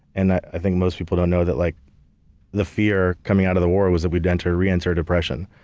and i think most people don't know that like the fear coming out of the war was that we'd reenter reenter depression.